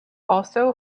also